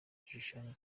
igishushanyo